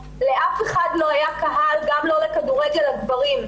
לאף אחד לא היה קהל גם לא לכדורגל הגברים.